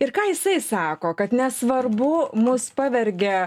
ir ką jisai sako kad nesvarbu mus pavergė